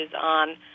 on